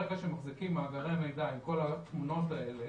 ברגע שמחזיקים מאגרי מידע עם כל התמונות האלה,